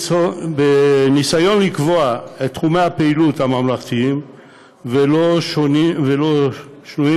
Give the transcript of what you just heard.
בניסיון לקבוע את תחומי הפעילות הממלכתיים שלא שנויים